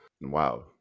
Wow